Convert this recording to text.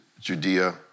Judea